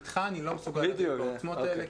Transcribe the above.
אתך אני לא מסוגל לריב בעוצמות האלה,